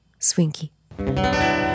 Swinky